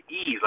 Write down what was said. ease